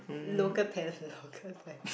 local talent local talent